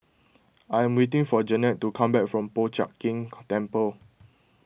I am waiting for Jannette to come back from Po Chiak Keng Temple